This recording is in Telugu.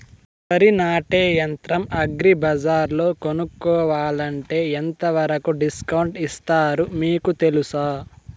వరి నాటే యంత్రం అగ్రి బజార్లో కొనుక్కోవాలంటే ఎంతవరకు డిస్కౌంట్ ఇస్తారు మీకు తెలుసా?